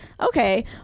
okay